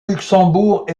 luxembourg